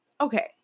Okay